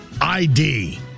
ID